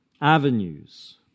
avenues